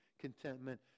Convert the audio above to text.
contentment